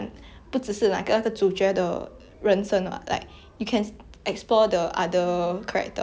sort of like makes a plot more complete lor ya then I started watching the what's that